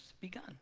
begun